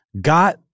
got